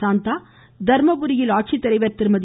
சாந்தா தர்மபுரியில் மாவட்ட ஆட்சித்தலைவர் திருமதி